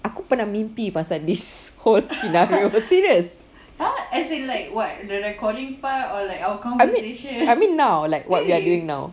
aku pernah mimpi pasal this whole scenario serious I mean I mean now like what we are doing now